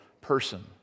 person